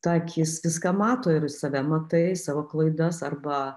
ta akis viską mato ir save matai savo klaidas arba